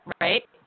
Right